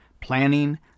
planning